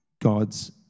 God's